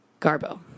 Garbo